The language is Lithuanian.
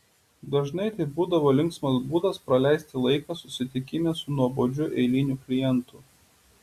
dažnai tai būdavo linksmas būdas praleisti laiką susitikime su nuobodžiu eiliniu klientu